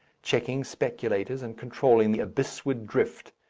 checking speculators and controlling the abyssward drift,